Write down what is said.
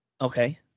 Okay